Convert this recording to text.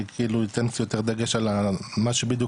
אני אתן קצת יותר דגש על מה שבדיוק